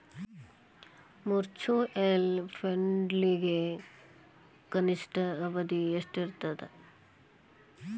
mutual ಫಂಡ್ಗಳಿಗೆ ಕನಿಷ್ಠ ಅವಧಿ ಎಷ್ಟಿರತದ